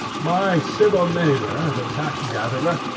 my civil neighbor, the tax-gatherer,